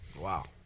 Wow